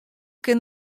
kin